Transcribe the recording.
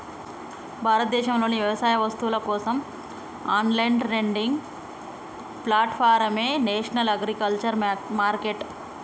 భారతదేశంలోని వ్యవసాయ వస్తువుల కోసం ఆన్లైన్ ట్రేడింగ్ ప్లాట్ఫారమే నేషనల్ అగ్రికల్చర్ మార్కెట్